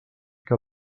que